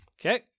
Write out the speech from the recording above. Okay